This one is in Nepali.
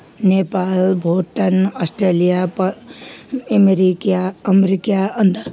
नेपाल भुटान अस्ट्रेलिया प अमेरिका अमेरिका अन्त